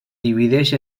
divideix